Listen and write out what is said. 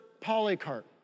Polycarp